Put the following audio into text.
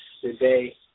today